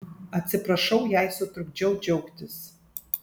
atsiprašau jei sutrukdžiau džiaugtis